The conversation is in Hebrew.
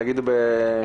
נראה לי שנתחיל איתך קרן,